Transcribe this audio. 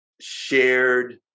shared